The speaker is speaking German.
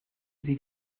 sie